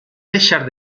deixar